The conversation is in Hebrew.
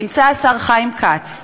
השר חיים כץ,